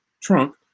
trunk